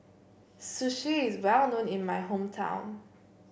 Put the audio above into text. Sushi is well known in my hometown